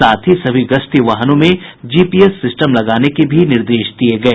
साथ ही सभी गश्ती वाहनों में जीपीएस सिस्टम लगाने के निर्देश दिये गये